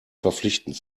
verpflichtend